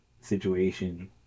situation